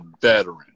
veteran